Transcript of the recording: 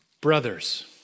Brothers